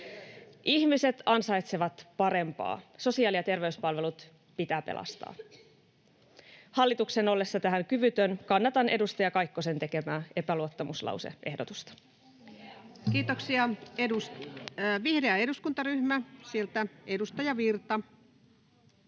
Ihmiset ansaitsevat parempaa. Sosiaali- ja terveyspalvelut pitää pelastaa. Hallituksen ollessa tähän kyvytön kannatan edustaja Kaikkosen tekemää epäluottamuslause-ehdotusta. [Speech 20] Speaker: Ensimmäinen